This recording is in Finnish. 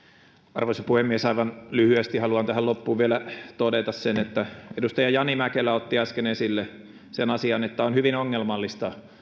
arvoisa puhemies aivan lyhyesti haluan tähän loppuun vielä todeta sen että edustaja jani mäkelä otti äsken esille sen asian että on hyvin ongelmallista